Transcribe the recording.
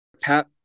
Pat